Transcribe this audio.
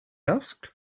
asked